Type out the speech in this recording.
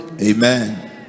Amen